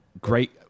great